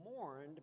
mourned